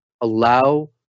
allow